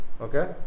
Okay